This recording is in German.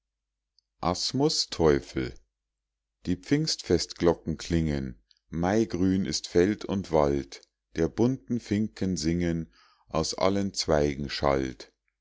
asmus teufel die pfingstfestglocken klingen maigrün ist feld und wald der bunten finken singen aus allen zweigen schallt